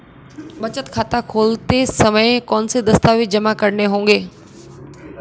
बचत खाता खोलते समय कौनसे दस्तावेज़ जमा करने होंगे?